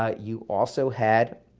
ah you also had